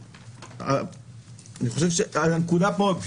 חושב שהנקודה פה,